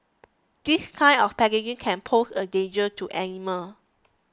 this kind of packaging can pose a danger to animal